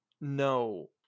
no